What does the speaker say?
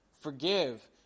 Forgive